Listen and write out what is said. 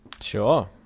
Sure